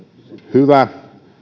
hyvä